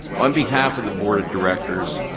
on behalf of the board of directors,